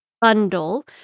bundle